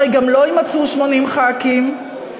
הרי גם לא יימצאו 80 חברי כנסת,